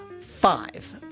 five